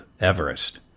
Everest